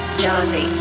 Jealousy